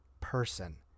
person